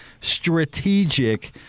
strategic